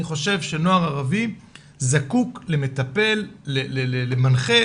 אני חושב שנוער ערבי זקוק למטפל, למנחה